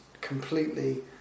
completely